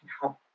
help